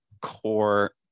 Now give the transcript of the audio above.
core